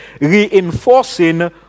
reinforcing